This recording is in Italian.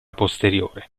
posteriore